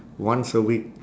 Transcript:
once a week